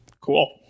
cool